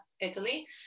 Italy